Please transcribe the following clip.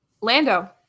Lando